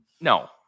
no